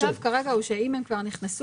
המצב כרגע הוא שאם הם כבר נכנסו,